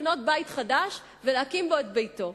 לקנות בית חדש ולהקים בו את ביתו.